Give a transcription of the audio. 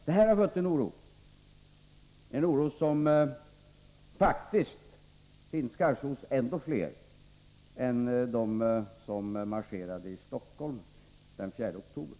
Det här harlett till oro, en oro som faktiskt kanske finns hos ännu fler än de som marscherade i Stockholm den 4 oktober.